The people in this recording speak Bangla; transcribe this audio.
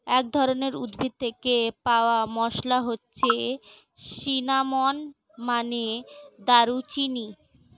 এক ধরনের উদ্ভিদ থেকে পাওয়া মসলা হচ্ছে সিনামন, মানে দারুচিনি